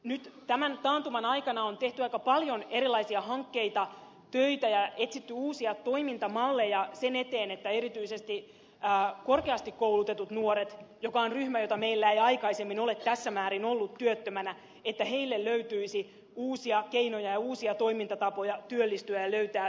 nyt tämän taantuman aikana on tehty aika paljon töitä on ollut erilaisia hankkeita ja etsitty uusia toimintamalleja sen eteen että erityisesti korkeasti koulutetuille nuorille se on ryhmä joka meillä ei aikaisemmin ole tässä määrin ollut työttömänä löytyisi uusia keinoja ja uusia toimintatapoja työllistyä ja löytää työpaikka